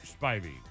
spivey